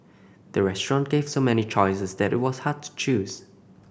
the restaurant gave so many choices that it was hard to choose